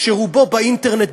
שרובו באינטרנט,